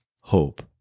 hope